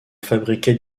fabriquait